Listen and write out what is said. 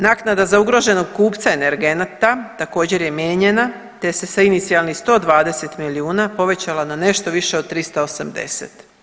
Naknada za ugroženog kupca energenata također je mijenjana te se sa inicijalnih 120 milijuna povećala na nešto više od 380.